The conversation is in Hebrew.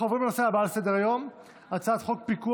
בעד, 24,